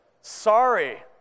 Sorry